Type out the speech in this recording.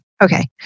okay